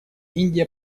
индия